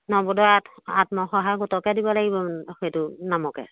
নৱোদয় আত আত্মসহায়ক গোটকে দিব লাগিব সেইটো নামকে